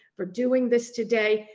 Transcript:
for doing this today.